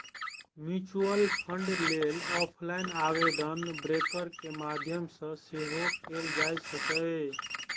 mutual fund लेल offline आवेदन broker के माध्यम सं सेहो कैल जा सकैए